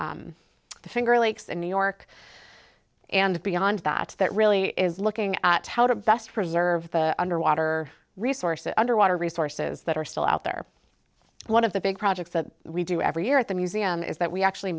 finger lakes in new york and beyond that it really is looking at how to best preserve the underwater resources underwater resources that are still out there one of the big projects that we do every year at the museum is that we actually